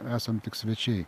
esam tik svečiai